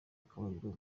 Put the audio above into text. akabariro